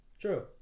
True